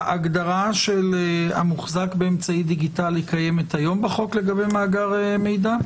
ההגדרה של "המוחזק באמצעי דיגיטלי" קיימת היום בחוק לגבי מאגר מידע?